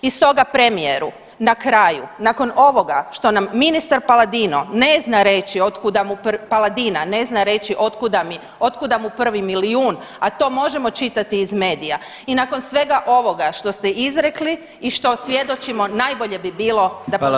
I stoga premijeru na kraju nakon ovoga što nam ministar Paladino ne zna reći od kuda mu Paladina, ne zna reći otkuda mu prvi milijun, a to možemo čitati iz medija i nakon svega ovoga što ste izrekli i što svjedočimo najbolje bi bilo da [[Upadica predsjednik: Hvala vam lijepa.]] nove izbore.